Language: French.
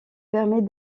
permet